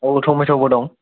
औ ट'मेट'बो दं